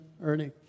Ernie